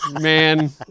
man